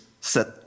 set